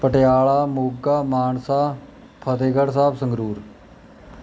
Patiala Moga Mansa Fatehgarh Sahib Sangrur